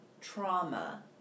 trauma